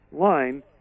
line